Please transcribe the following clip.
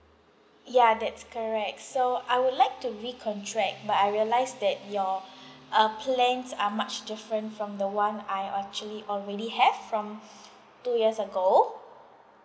ya that's correct so I would like to recontract but I realised that your uh plans are much different from the [one] I actually already have from two years ago